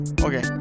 okay